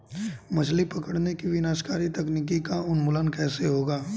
मछली पकड़ने की विनाशकारी तकनीक का उन्मूलन कैसे होगा?